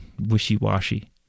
wishy-washy